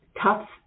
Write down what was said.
tough